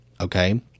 Okay